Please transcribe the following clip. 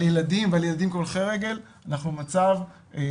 על ילדים וילדים כהולכי רגל אנחנו במצב לא טוב.